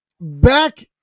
back